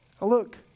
look